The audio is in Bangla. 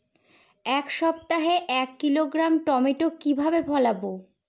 এক সপ্তাহে এক কিলোগ্রাম টমেটো কিভাবে ফলাবো?